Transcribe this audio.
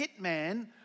hitman